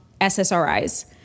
SSRIs